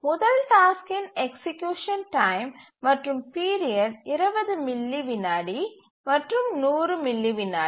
முதல் டாஸ்க்கின் execution time மற்றும் பீரியட் 20 மில்லி விநாடி மற்றும் 100 மில்லி விநாடி